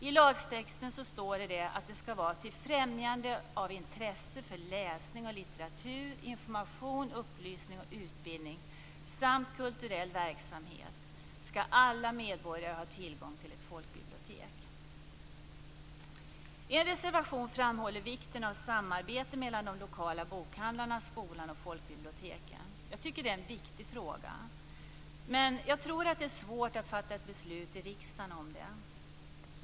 I lagtexten står det: "Till främjande av intresse för läsning och litteratur, information, upplysning och utbildning samt kulturell verksamhet i övrigt ska alla medborgare ha tillgång till ett folkbibliotek." I en reservation framhålls vikten av samarbete mellan de lokala bokhandlarna, skolan och folkbiblioteken. Det är en viktig fråga, men jag tror att det är svårt att fatta ett beslut i riksdagen om det.